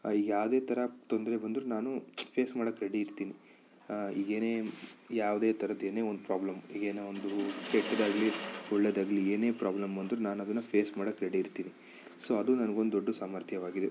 ಯಾವುದೇ ಥರ ತೊಂದರೆ ಬಂದರೂ ನಾನು ಫೇಸ್ ಮಾಡೋಕೆ ರೆಡಿ ಇರ್ತಿನಿ ಹೀಗೆಯೇ ಯಾವುದೇ ಥರದ್ದು ಏನೇ ಒಂದು ಪ್ರಾಬ್ಲಮ್ ಏನೇ ಒಂದು ಕೆಟ್ಟದಾಗಲಿ ಒಳ್ಳೆಯದಾಗ್ಲಿ ಏನೇ ಪ್ರಾಬ್ಲಮ್ ಬಂದರು ನಾನು ಅದನ್ನ ಫೇಸ್ ಮಾಡೋಕೆ ರೆಡಿ ಇರ್ತೀನಿ ಸೊ ಅದು ನನಗೊಂದು ದೊಡ್ಡ ಸಾಮರ್ಥ್ಯವಾಗಿದೆ